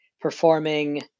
performing